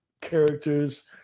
characters